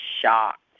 shocked